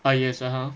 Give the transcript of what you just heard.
ah yes (uh huh)